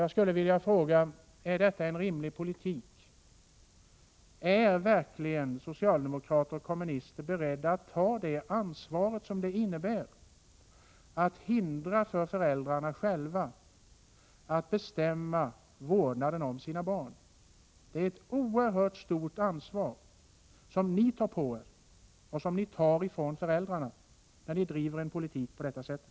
Jag skulle vilja fråga: Är detta en rimlig politik? Är verkligen socialdemokrater och kommunister beredda att ta det ansvar som det innebär att hindra föräldrarna från att själva bestämma om vårdnaden för sina barn? Det är ett oerhört stort ansvar som ni tar på er — som ni lyfter bort ifrån föräldrarna och lägger på er själva — när ni bedriver en sådan politik.